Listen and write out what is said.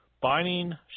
binding